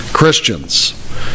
christians